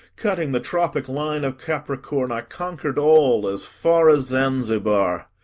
cutting the tropic line of capricorn, i conquer'd all as far as zanzibar.